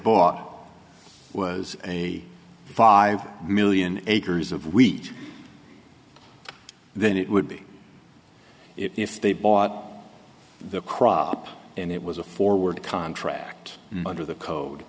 bought it was a five million acres of wheat then it would be if they bought the crop and it was a forward contract under the code